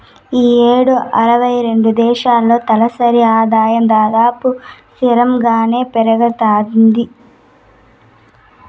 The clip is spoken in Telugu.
ఈ యేడు అరవై రెండు దేశాల్లో తలసరి ఆదాయం దాదాపు స్తిరంగానే పెరగతాంది